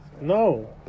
No